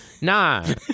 Nah